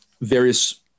various